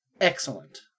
excellent